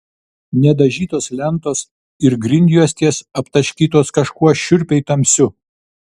nedažytos lentos ir grindjuostės aptaškytos kažkuo šiurpiai tamsiu